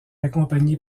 accompagnée